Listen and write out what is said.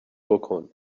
بکن